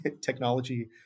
technology